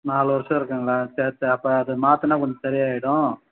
நாலு வருஷம் இருக்குங்களா சரி சார் அப்போ அதை மாற்றினா கொஞ்சம் சரியாகிடும்